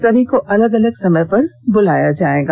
सभी को अलग अलग समय पर बुलाया जाएगा